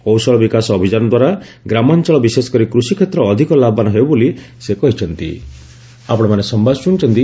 କୌଶଳ ବିକାଶ ଅଭିଯାନ ଦ୍ୱାରା ଗ୍ରାମାଞ୍ଚଳ ବିଶେଷକରି କୃଷିକ୍ଷେତ୍ର ଅଧିକ ଲାଭବାନ ହେବ ବୋଲି ସେ କହିଚ୍ଛନ୍ତି